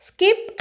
Skip